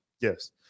Yes